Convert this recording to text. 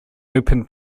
opened